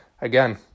Again